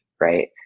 right